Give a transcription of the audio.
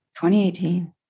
2018